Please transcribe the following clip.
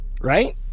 Right